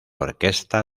orquesta